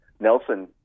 Nelson